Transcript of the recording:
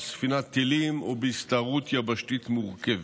על ספינת טילים או בהסתערות יבשתית מורכבת.